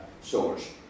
source